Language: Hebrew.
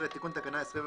בעמוד 13 תיקון תקנה 25,